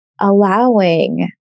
allowing